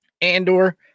Andor